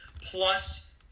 plus